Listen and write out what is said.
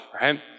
right